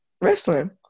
wrestling